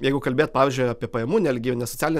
jeigu kalbėt pavyzdžiui apie pajamų nelygybę nes socialinė